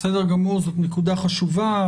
בסדר גמור, זאת נקודה חשובה.